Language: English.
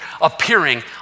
appearing